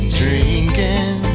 drinking